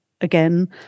again